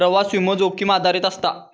प्रवास विमो, जोखीम आधारित असता